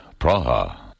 Praha